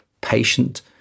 patient